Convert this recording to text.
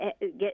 get